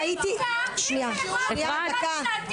די לקלישאות